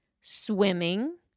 swimming